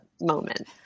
moment